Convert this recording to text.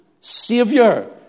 savior